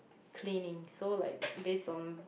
cleaning so like based on